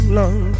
long